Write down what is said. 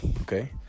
okay